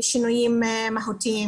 שינויים מהותיים.